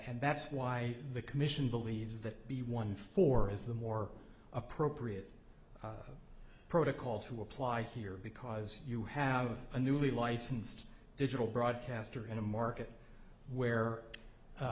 and that's why the commission believes that the one for is the more appropriate protocol to apply here because you have a newly licensed digital broadcaster in a market where